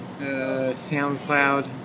SoundCloud